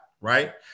right